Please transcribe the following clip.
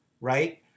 right